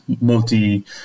multi